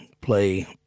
play